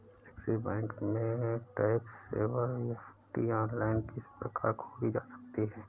Axis bank में tax saver FD online किस प्रकार खोली जा सकती है?